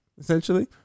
Essentially